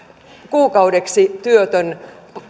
kuukaudeksi työtön